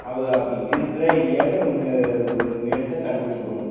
அவ அப்படி இருக்குதா இல்லையானு ஒன்று இனிமேல் தான் கண்டு பிடிக்கணும்